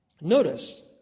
Notice